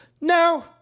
no